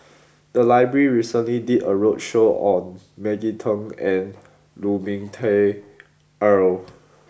the library recently did a roadshow on Maggie Teng and Lu Ming Teh Earl